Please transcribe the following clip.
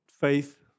faith